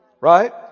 Right